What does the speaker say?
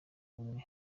bumwe